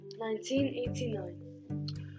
1989